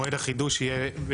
מועד החידוש יהיה,